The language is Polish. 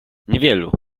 niewielu